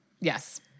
Yes